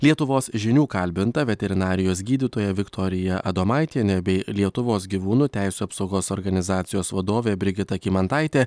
lietuvos žinių kalbinta veterinarijos gydytoja viktorija adomaitienė bei lietuvos gyvūnų teisių apsaugos organizacijos vadovė brigita kymantaitė